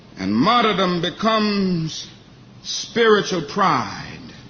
and martyrdom becomes spiritual pride.